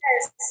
yes